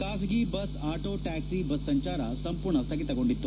ಖಾಸಗಿ bus auto taxi bus ಸಂಚಾರ ಸಂಪೂರ್ಣ ಸ್ಥಗಿತಗೊಂಡಿತ್ತು